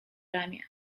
ramię